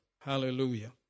Hallelujah